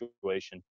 situation